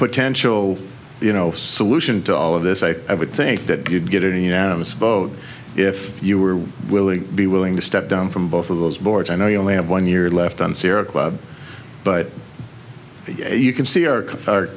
potential you know solution to all of this i would think that you'd get a unanimous vote if you were willing be willing to step down from both of those boards i know you only have one year left on sarah club but you can see our